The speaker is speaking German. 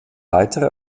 weitere